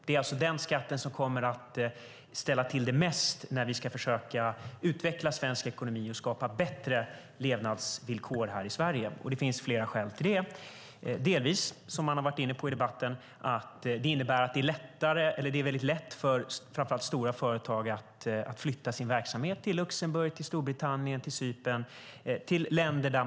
Det är den skatt som kommer att ställa till det mest när vi ska försöka utveckla svensk ekonomi och skapa bättre levnadsvillkor här i Sverige. Det finns flera skäl till det. Som man varit inne på i debatten är det väldigt lätt för framför allt stora företag att flytta sin verksamhet till länder där man har lägre skatt, som Luxemburg, Storbritannien och Cypern.